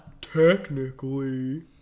Technically